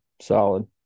solid